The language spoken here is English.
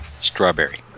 strawberry